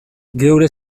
geure